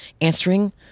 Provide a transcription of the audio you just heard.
answering